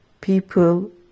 people